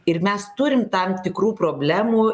ir mes turim tam tikrų problemų